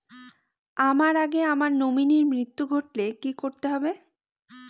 আমার আগে আমার নমিনীর মৃত্যু ঘটলে কি করতে হবে?